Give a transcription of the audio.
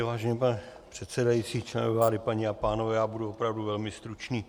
Vážený pane předsedající, členové vlády, paní a pánové, já budu opravdu velmi stručný.